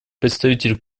представитель